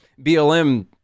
BLM